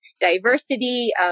diversity